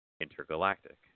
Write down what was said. intergalactic